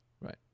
right